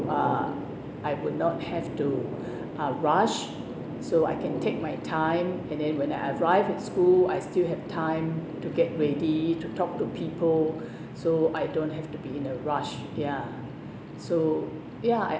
uh I would not have to uh rush so I can take my time and then when I arrived at school I still have time to get ready to talk to people so I don't have to be in a rush ya so ya I